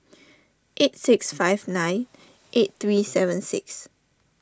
eight six five nine eight three seven six